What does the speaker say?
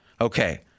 okay